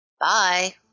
Bye